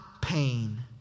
pain